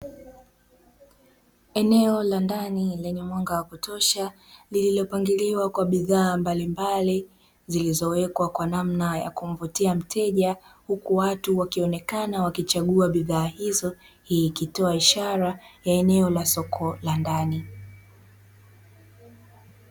Eneo la ndani lenye mwanga wa kutosha lililopangiliwa kwa bidhaa mbalimbali zilizowekwa kwa namna ya kumvutia mteja, huku watu wakionekana wakichagua bidhaa hizo. Ikitoa ishara ya eneo la soko la ndani.